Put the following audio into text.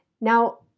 Now